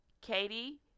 Katie